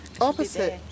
opposite